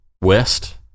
west